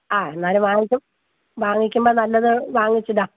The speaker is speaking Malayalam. ആ എന്നാൽ വാങ്ങിച്ചോ വാങ്ങിക്കുമ്പോൾ നല്ലത് വാങ്ങിച്ചിടാം